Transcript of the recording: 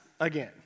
again